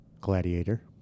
Gladiator